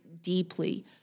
deeply